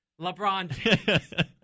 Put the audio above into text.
LeBron